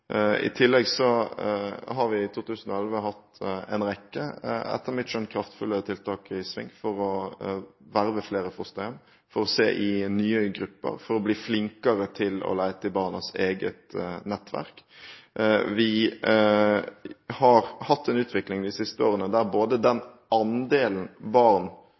I tillegg har vi i 2011 hatt en rekke – etter mitt skjønn – kraftfulle tiltak i sving for å verve flere fosterhjem, for å se i nye grupper, for å bli flinkere til å lete i barnas eget nettverk. Vi har hatt en utvikling de siste årene der både den andelen barn